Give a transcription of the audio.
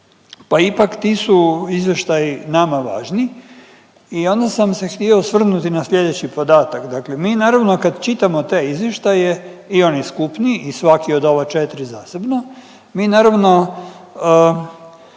pa ipak ti su izvještaji nama važni. I onda sam se htio osvrnuti na sljedeći podatak, dakle mi naravno kad čitamo te izvještaje i oni skupni i svaki od ova četiri zasebno, mi naravno